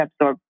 absorbed